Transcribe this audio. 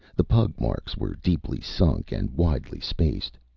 the pug marks were deeply sunk and widely spaced.